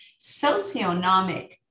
socioeconomic